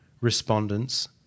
respondents